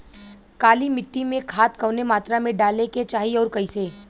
काली मिट्टी में खाद कवने मात्रा में डाले के चाही अउर कइसे?